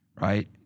right